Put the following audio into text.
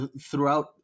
throughout